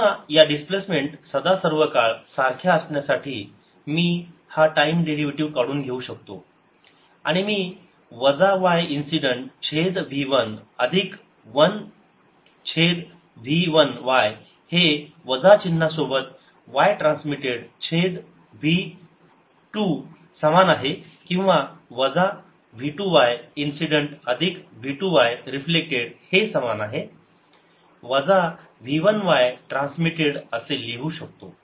पुन्हा या डिस्प्लेसमेंट सदासर्वकाळ सारख्या असण्यासाठी मी हा टाईम डेरिव्हेटिव्ह काढून घेऊ शकतो आणि मी वजा y इन्सिडेंट छेद v 1 अधिक 1 छेद v 1y हे वजा चिन्हा सोबत y ट्रान्समिटेड छेद v 2 समान आहे किंवा वजा v 2y इन्सिडेंट अधिक v 2 y रिफ्लेक्टेड हे समान आहे वजा v 1 y ट्रान्समिटेड असे लिहू शकतो